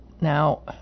now